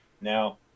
Now